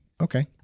Okay